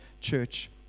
church